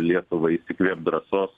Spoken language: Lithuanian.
lietuvai įkvėpt drąsos